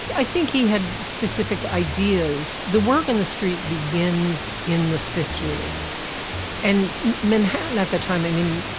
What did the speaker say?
i think he had specific ideas the work in the street begins in the fifty s and manhattan at the time. i mean,